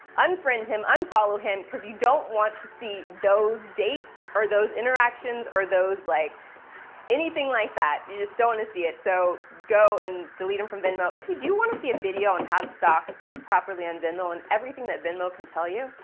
unfriend him, unfollow him, because you don't want to see those dates, or those interactions, or like anything like that. you just don't want to see it. so go and delete him from venmo. if you do want to see a video on how to stalk properly on venmo and everything that venmo can tell you,